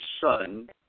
son